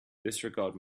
disregard